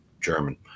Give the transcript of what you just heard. German